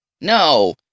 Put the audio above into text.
no